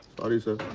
sorry sir.